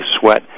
sweat